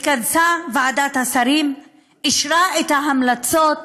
התכנסה ועדת השרים ואישרה את ההמלצות.